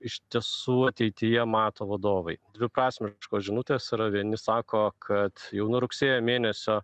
iš tiesų ateityje mato vadovai dviprasmiškos žinutės yra vieni sako kad jau nuo rugsėjo mėnesio